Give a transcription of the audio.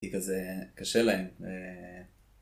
היא כזה קשה להם